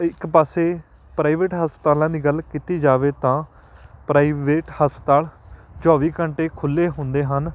ਇੱਕ ਪਾਸੇ ਪ੍ਰਾਈਵੇਟ ਹਸਪਤਾਲਾਂ ਦੀ ਗੱਲ ਕੀਤੀ ਜਾਵੇ ਤਾਂ ਪ੍ਰਾਈਵੇਟ ਹਸਪਤਾਲ ਚੌਵੀ ਘੰਟੇ ਖੁੱਲ੍ਹੇ ਹੁੰਦੇ ਹਨ